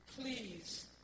please